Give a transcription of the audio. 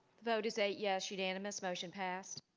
vote is eight yes, unanimous motion passed.